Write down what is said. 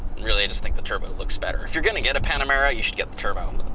really i just think the turbo looks better. if you're gonna get a panamera, you should get the turbo.